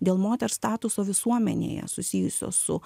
dėl moters statuso visuomenėje susijusio su